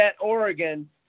Oregon